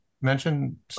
mention